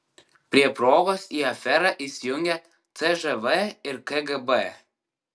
prie progos į aferą įsijungia cžv ir kgb